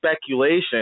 speculation